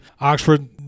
Oxford